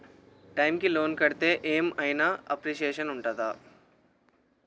Time కి loan కడ్తే ఏం ఐనా అప్రిషియేషన్ ఉంటదా?